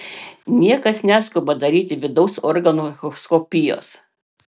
niekas neskuba daryti vidaus organų echoskopijos